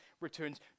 returns